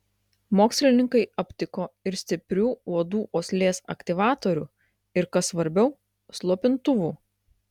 mokslininkai aptiko ir stiprių uodų uoslės aktyvatorių ir kas svarbiau slopintuvų